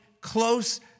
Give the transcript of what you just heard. close